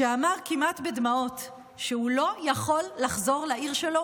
שאמר כמעט בדמעות שהוא לא יכול לחזור לעיר שלו,